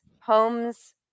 homes